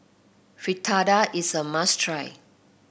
Fritada is a must try